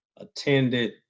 attended